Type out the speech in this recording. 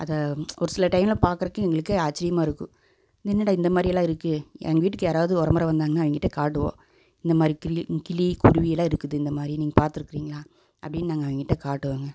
அதை ஒரு சில டைமில் பார்க்குறதுக்கு எங்களுக்கு ஆச்சரியமா இருக்குது என்னடா இந்தமாதிரி எல்லாம் இருக்கே எங்கே வீட்டுக்கு யாரவது ஒறமொறை வந்தாங்கனால் அவங்ககிட்ட காட்டுவோம் இந்தமாதிரி கிளி கிளி குருவிலாம் இருக்குது இந்தமாதிரி நீங்கள் பார்த்துருக்கிறீங்களா அப்படின்னு நாங்கள் அவங்ககிட்ட நாங்கள் காட்டுவோங்க